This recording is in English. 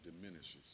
diminishes